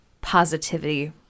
positivity